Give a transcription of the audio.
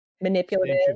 manipulative